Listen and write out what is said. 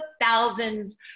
thousands